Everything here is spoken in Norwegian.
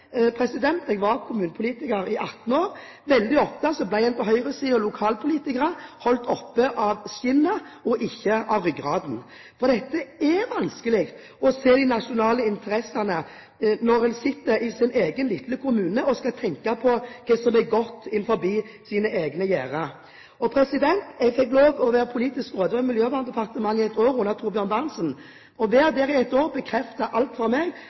jeg var kommunepolitiker i 18 år – at lokalpolitikere på høyresiden ble holdt oppe av skinnet og ikke av ryggraden. Det er vanskelig å se de nasjonale interessene når en sitter i sin egen lille kommune og skal tenke på hva som er godt innenfor sine egne gjerder. Jeg fikk lov til å være politisk rådgiver i Miljøverndepartementet i et år under Thorbjørn Berntsen. Å være der i et år bekreftet alt for meg,